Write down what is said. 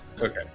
Okay